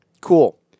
Cool